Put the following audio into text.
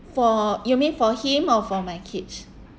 for you mean for him or for my kids